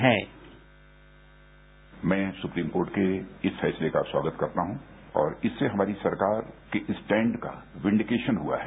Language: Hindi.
साउंड बाईट मैं सुप्रीम कोर्ट के इस फैसले का स्वागत करता हूं और इससे हमारी सरकार के स्टैंड का विंडकेशन हुआ है